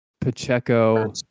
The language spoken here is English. Pacheco